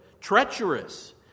treacherous